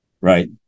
right